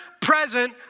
present